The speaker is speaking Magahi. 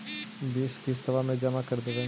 बिस किस्तवा मे जमा कर देवै?